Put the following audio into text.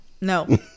No